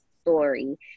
story